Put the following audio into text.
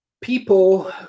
people